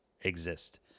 exist